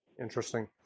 Interesting